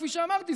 וכפי שאמרתי,